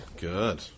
Good